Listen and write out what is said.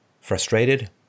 frustrated